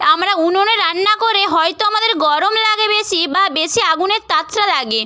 আমরা উনোনে রান্না করে হয়তো আমাদের গরম লাগে বেশি বা বেশি আগুনের তাতটা লাগে